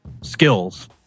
skills